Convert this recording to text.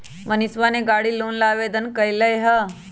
मनीषवा ने गाड़ी लोन ला आवेदन कई लय है